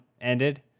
ended